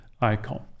icon